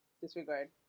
Disregard